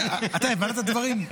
אתה הבנת את הדברים?